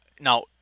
Now